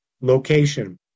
Location